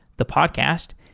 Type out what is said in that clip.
the podcast,